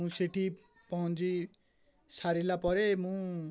ମୁଁ ସେଠି ପହଁଞ୍ଚି ସାରିଲା ପରେ ମୁଁ